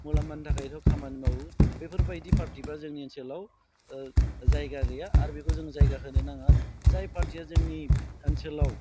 मुलामफानि थाखायल' बेखौ खामानि मावो बेफोरबायदि पार्टिफ्रा जोंनि ओनसोलाव ओ जायगा गैया आरो बेखौ जोङो जायगा होनो नाङा जाय पार्टिया जोंनि ओनसोलाव